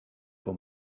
for